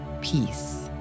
peace